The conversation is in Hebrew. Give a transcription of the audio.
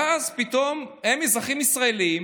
ואז פתאום הם, אזרחים ישראלים,